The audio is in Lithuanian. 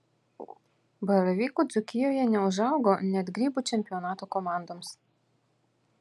baravykų dzūkijoje neužaugo net grybų čempionato komandoms